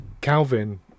Calvin